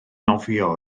nofio